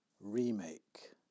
Remake